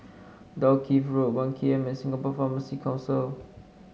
Dalkeith Road One K M and Singapore Pharmacy Council